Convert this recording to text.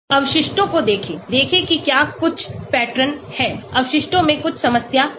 अवशिष्टों को देखें देखें कि क्या कुछ पैटर्न है अवशिष्टों में कुछ समस्या है